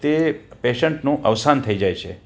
પછી તે પેશન્ટનું અવસાન થઈ જાય છે